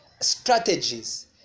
strategies